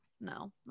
No